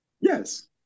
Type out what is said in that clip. Yes